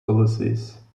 policies